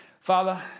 Father